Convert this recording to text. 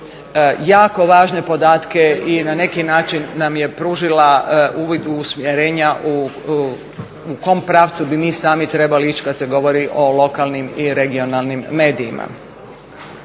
jako važne podatke i na neki način nam je pružila uvid u usmjerenja u kom pravcu bi mi sami trebali ići kada se govori o lokalnim i regionalnim medijima.